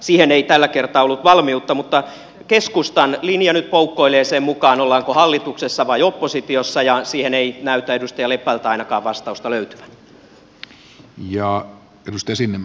siihen ei tällä kertaa ollut valmiutta mutta keskustan linja nyt poukkoilee sen mukaan ollaanko hallituksessa vai oppositiossa ja siihen ei näytä ainakaan edustaja lepältä vastausta löytyvän